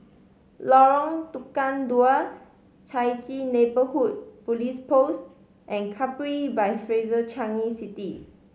Lorong Tukang Dua Chai Chee Neighbourhood Police Post and Capri by Fraser Changi City